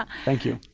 thank you.